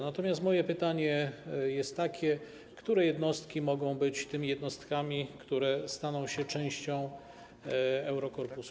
Natomiast moje pytanie jest takie: Które jednostki mogą być tymi jednostkami, które staną się częścią Eurokorpusu?